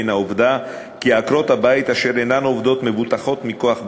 מן העובדה שעקרות-הבית אשר אינן עובדות מבוטחות מכוח בעליהן,